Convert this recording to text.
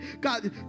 God